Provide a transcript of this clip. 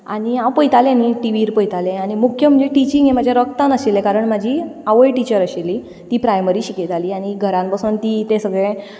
आनी हांव पळयतालें न्ही टी व्हीर पयतालें आनी मुख्य म्हणजे टिचींग हें म्हाज्या रगतान आशिल्लें कारण म्हाजी आवय टिचर आशिल्ली ती प्रायमरी शिकयताली आनी घरांत बसोन ती तें सगळें